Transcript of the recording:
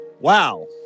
Wow